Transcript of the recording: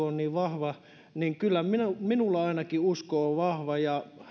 on niin vahva ja kyllä minulla ainakin usko on vahva ja